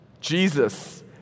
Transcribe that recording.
Jesus